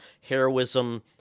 heroism